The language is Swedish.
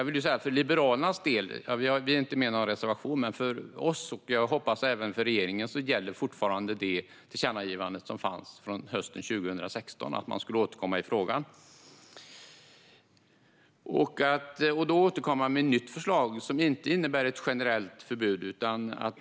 Vi har inte med någon reservation, men för oss liberaler - och jag hoppas även för regeringen - gäller fortfarande tillkännagivandet från hösten 2016 om att man skulle återkomma i frågan med ett nytt förslag som inte innebär ett generellt förbud.